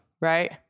right